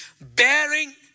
bearing